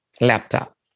laptop